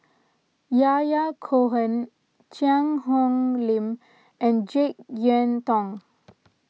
Yahya Cohen Cheang Hong Lim and Jek Yeun Thong